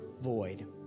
void